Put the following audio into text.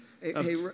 Hey